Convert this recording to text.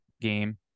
game